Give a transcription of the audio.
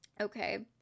okay